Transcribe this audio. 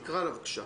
בבקשה.